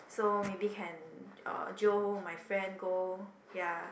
so maybe can uh jio my friend go ya